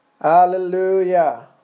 Hallelujah